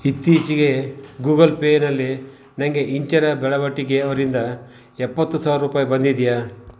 ಇತ್ತೀಚಿಗೆ ಗೂಗಲ್ ಪೇನಲ್ಲಿ ನನಗೆ ಇಂಚರ ಬೆಳವಟಗಿ ಅವರಿಂದ ಎಪತ್ತು ಸಾವಿರ ರೂಪಾಯಿ ಬಂದಿದೆಯಾ